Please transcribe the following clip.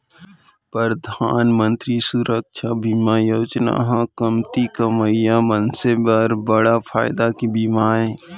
परधान मंतरी सुरक्छा बीमा योजना ह कमती कमवइया मनसे बर बड़ फायदा के बीमा आय